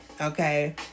okay